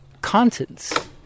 contents